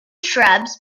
shrubs